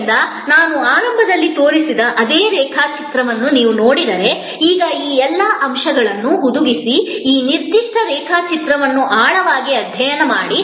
ಆದ್ದರಿಂದ ಈಗ ನಾನು ಆರಂಭದಲ್ಲಿ ತೋರಿಸಿದ ಅದೇ ರೇಖಾಚಿತ್ರವನ್ನು ನೀವು ನೋಡಿದರೆ ಈಗ ಈ ಎಲ್ಲಾ ಅಂಶಗಳನ್ನು ಹುದುಗಿಸಿ ಈ ನಿರ್ದಿಷ್ಟ ರೇಖಾಚಿತ್ರವನ್ನು ಆಳವಾಗಿ ಅಧ್ಯಯನ ಮಾಡಿ